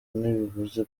ntibivuze